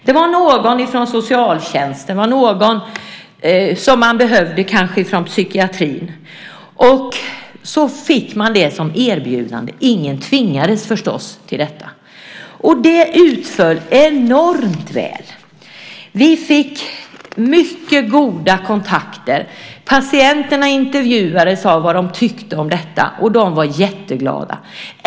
Det var någon från socialtjänsten och någon som man kanske behövde från psykiatrin. Man fick det som erbjudande. Ingen tvingades förstås till detta. Det utföll enormt väl. Vi fick mycket goda kontakter. Patienterna intervjuades om vad de tyckte om detta, och de var jätteglada.